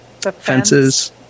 fences